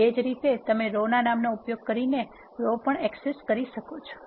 એ જ રીતે તમે રો ના નામનો ઉપયોગ કરીને રો પણ એક્સેસ કરી શકો છો